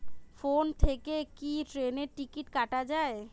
Phone থেকে কি ট্রেনের টিকিট কাটা য়ায়?